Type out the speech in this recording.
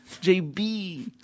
J-B